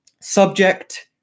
subject